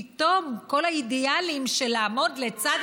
פתאום כל האידיאלים של לעמוד לצד,